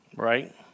Right